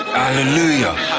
hallelujah